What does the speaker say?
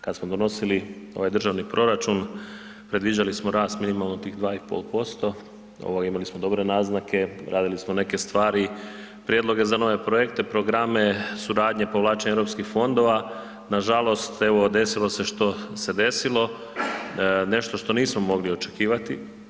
Kada smo donosili ovaj državni proračun predviđali samo rast minimalno tih 2,5%, imali smo dobre naznake, radili smo neke stvari prijedloge za nove projekte, programe suradnje povlačenja europskih fondova, nažalost evo desilo se nešto što se desilo, nešto što nismo mogli očekivati.